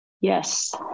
Yes